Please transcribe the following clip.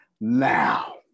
Now